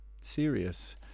serious